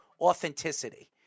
authenticity